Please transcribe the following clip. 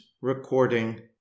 recording